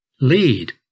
lead